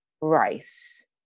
rice